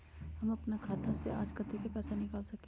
हम अपन खाता से आज कतेक पैसा निकाल सकेली?